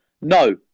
No